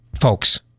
folks